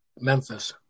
Memphis